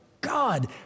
God